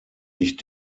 ich